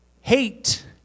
hate